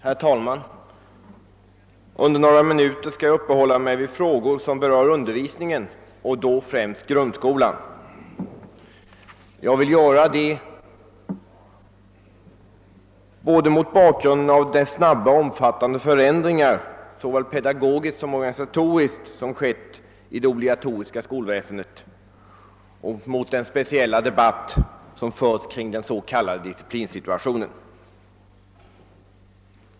Herr talman! Jag skall under några minuter uppehålla mig vid frågor som berör undervisningen och då främst grundskolan. Jag vill göra detta både mot bakgrunden av de snabba och omfattande förändringar såväl pedagogiskt som organisatoriskt som skett i det obligatoriska skolväsendet och mot bakgrunden av den speciella debatt som förts kring den s.k. »disciplinsituationen».